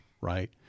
right